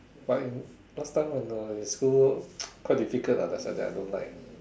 but in last time when I in school quite difficult ah the subject I don't like